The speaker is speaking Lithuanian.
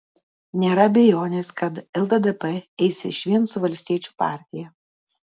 nėra abejonės kad lddp eis išvien su valstiečių partija